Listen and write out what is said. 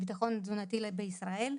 הביטחון התזונתי בישראלי".